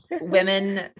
women